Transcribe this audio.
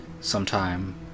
sometime